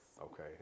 Okay